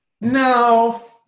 no